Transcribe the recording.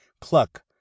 Cluck